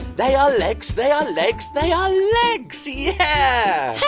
they are legs. they are legs. they are legs. yeah!